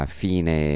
fine